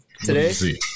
today